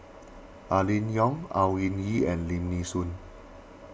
Aline Yong Au Ying Yee and Lim Nee Soon